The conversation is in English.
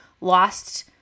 lost